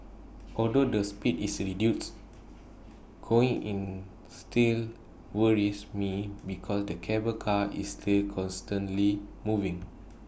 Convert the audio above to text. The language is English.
although the speed is reduced going in still worries me because the cable car is still constantly moving